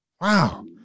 Wow